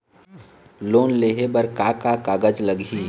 Loan लेहे बर का का कागज लगही?